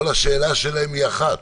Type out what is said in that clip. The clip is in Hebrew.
כל השאלה שלהן היא אחת,